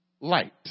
light